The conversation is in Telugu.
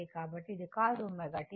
కాబట్టి అది cos ω t